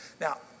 Now